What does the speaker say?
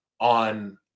on